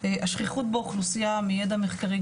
השכיחות באוכלוסייה מידע מחקרי,